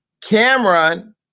Cameron